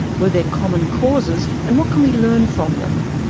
were there common causes and what can we learn from them?